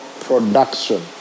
production